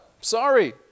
Sorry